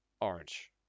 Orange